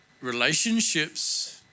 relationships